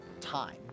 time